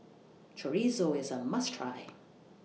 Chorizo IS A must Try